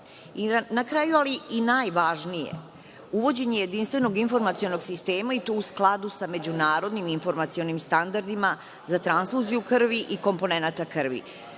kraju, ali i najvažnije, uvođenje jedinstvenog informacionog sistema i to u skladu sa međunarodnim informacionim standardima za transfuziju krvi i komponenata krvi,